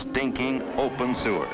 stinking open sewers